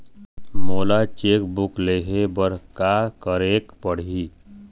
मोला cheque book लेहे बर का केरेक पढ़ही?